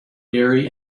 dairy